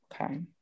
okay